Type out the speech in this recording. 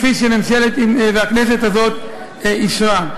כפי שהממשלה והכנסת הזאת אישרו.